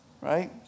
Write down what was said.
right